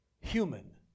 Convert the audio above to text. human